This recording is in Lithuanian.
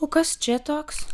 o kas čia toks